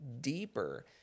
deeper